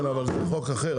כן אבל זה חוק אחר.